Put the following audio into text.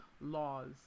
laws